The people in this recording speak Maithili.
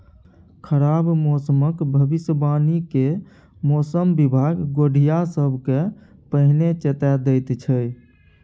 खराब मौसमक भबिसबाणी कए मौसम बिभाग गोढ़िया सबकेँ पहिने चेता दैत छै